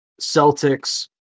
Celtics